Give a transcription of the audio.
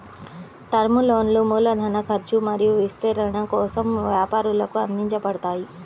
term లోన్లు మూలధన ఖర్చు మరియు విస్తరణ కోసం వ్యాపారాలకు అందించబడతాయి